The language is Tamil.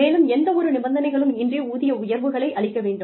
மேலும் எந்தவொரு நிபந்தனைகளும் இன்றி ஊதிய உயர்வுகளை அளிக்க வேண்டும்